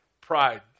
Pride